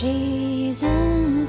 Jesus